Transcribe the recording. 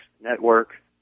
network